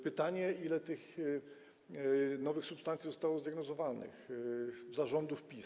Pytanie, ile tych nowych substancji zostało zdiagnozowanych za rządów PiS.